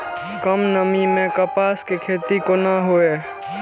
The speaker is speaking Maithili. कम नमी मैं कपास के खेती कोना हुऐ?